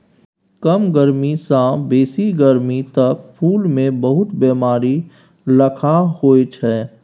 कम गरमी सँ बेसी गरमी तक फुल मे बहुत बेमारी लखा होइ छै